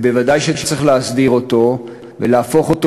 ובוודאי שצריך להסדיר אותו ולהפוך אותו